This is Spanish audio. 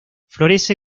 florece